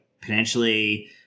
potentially